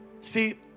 See